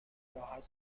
راحت